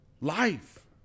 life